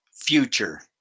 future